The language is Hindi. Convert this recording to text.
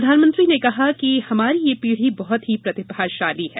प्रधानमंत्री ने कहा कि हमारी यह पीढी बहत ही प्रतिभाशाली है